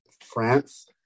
France